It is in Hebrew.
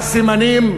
הסימנים,